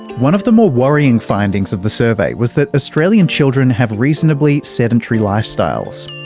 one of the more worrying findings of the survey was that australian children have reasonably sedentary lifestyles.